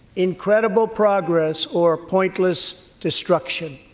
incredible progress or pointless destruction.